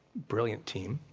brilliant team.